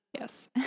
Yes